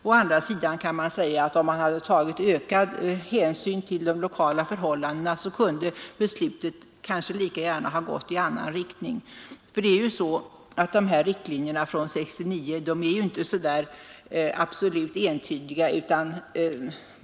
Å andra sidan kan man säga att om man hade tagit ökad hänsyn till de lokala förhållandena, kunde beslutet kanske lika gärna ha gått i annan riktning, för riktlinjerna från 1969 är inte absolut entydiga.